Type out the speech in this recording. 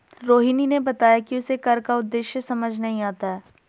रोहिणी ने बताया कि उसे कर का उद्देश्य समझ में नहीं आता है